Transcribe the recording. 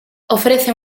ofrece